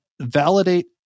validate